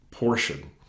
portion